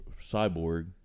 Cyborg